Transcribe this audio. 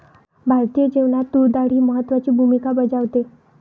भारतीय जेवणात तूर डाळ ही महत्त्वाची भूमिका बजावते